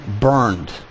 burned